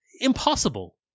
Impossible